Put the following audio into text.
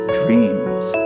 dreams